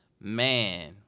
Man